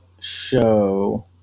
show